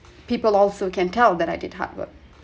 people also can tell that I did hard work